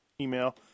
email